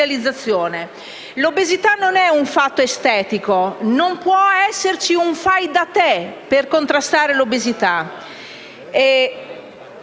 L'obesità non è un fatto estetico, non può esserci un fai da te per contrastare l'obesità.